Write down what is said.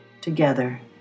together